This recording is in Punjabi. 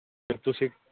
ਅਤੇ ਤੁਸੀਂ